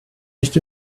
nicht